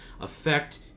affect